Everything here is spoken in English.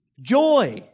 Joy